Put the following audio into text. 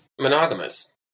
monogamous